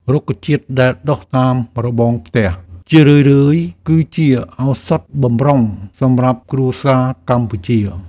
រុក្ខជាតិដែលដុះតាមរបងផ្ទះ ជារឿយៗគឺជាឱសថបម្រុងសម្រាប់គ្រួសារកម្ពុជា។